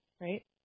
right